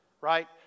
Right